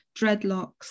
dreadlocks